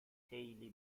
خیلی